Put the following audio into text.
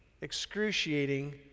excruciating